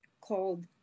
called